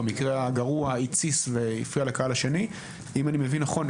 ובמקרה הגרוע התסיס והפריע לקהל השני - אם אני מבין נכון,